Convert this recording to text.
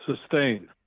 sustain